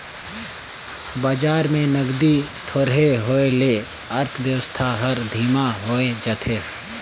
बजार में नगदी थोरहें होए ले अर्थबेवस्था हर धीमा होए जाथे